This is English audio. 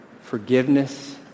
forgiveness